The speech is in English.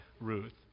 Ruth